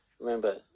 Remember